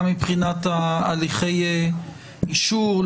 גם מבחינת הליכי האישור,